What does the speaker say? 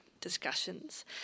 discussions